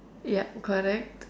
yup correct